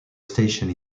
station